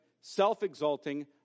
self-exalting